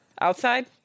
Outside